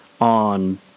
on